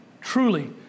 Truly